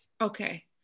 Okay